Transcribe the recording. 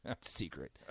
secret